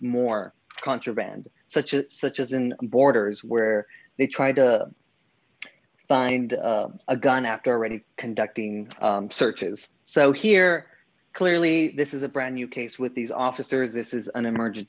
more contraband such as such as in borders where they try to find a gun after any conducting searches so here clearly this is a brand new case with these officers this is an emergency